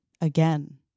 Again